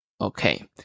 Okay